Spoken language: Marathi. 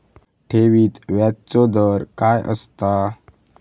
ठेवीत व्याजचो दर काय असता?